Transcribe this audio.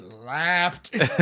laughed